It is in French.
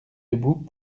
debout